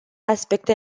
aspecte